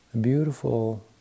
Beautiful